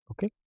Okay